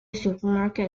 supermarket